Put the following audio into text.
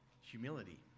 humility